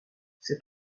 c’est